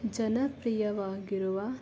ಜನಪ್ರಿಯವಾಗಿರುವ